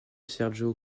sergio